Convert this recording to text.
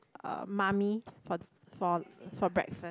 uh Mamee for for for breakfast